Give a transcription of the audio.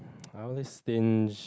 I always binge